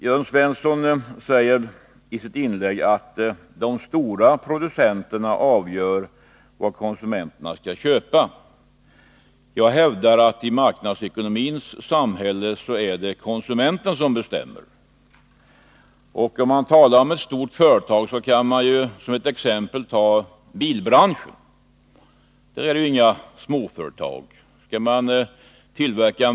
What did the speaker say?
Jörn Svensson säger i sitt inlägg att de stora producenterna avgör vad konsumenterna skall köpa. Jag hävdar, att i marknadsekonomins samhälle är det konsumenten som bestämmer. Om man talar om ett stort företag kan man som exempel ta bilbranschen. Där finns det inga små företag.